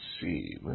see